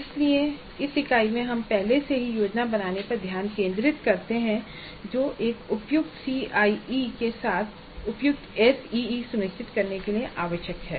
इसलिए इस इकाई में हम पहले से ही योजना बनाने पर ध्यान केंद्रित करते हैं जो एक उपयुक्त सीआईई के साथ साथ उपयुक्त एसईई सुनिश्चित करने के लिए आवश्यक है